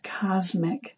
cosmic